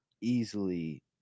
easily